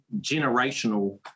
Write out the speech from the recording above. generational